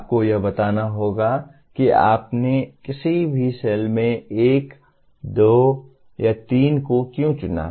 आपको यह बताना होगा कि आपने किसी विशेष सेल में 1 2 या 3 को क्यों चुना